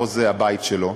פה זה הבית שלו.